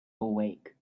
awake